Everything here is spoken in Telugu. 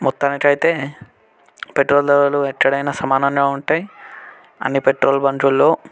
మొత్తానికైతే పెట్రోల్ ధరలు ఎక్కడైనా సమానంగా ఉంటాయి అన్ని పెట్రోల్ బంకుల్లో